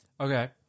Okay